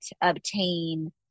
obtain